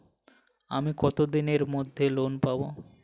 আমি কতদিনের মধ্যে লোন পাব?